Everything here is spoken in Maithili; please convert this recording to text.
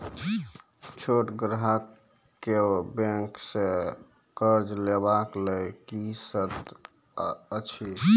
छोट ग्राहक कअ बैंक सऽ कर्ज लेवाक लेल की सर्त अछि?